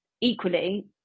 Equally